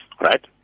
right